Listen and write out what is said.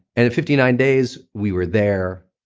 and fifty nine days we were there,